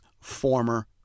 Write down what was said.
former